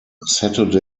saturday